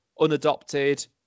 unadopted